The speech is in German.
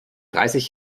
dreißig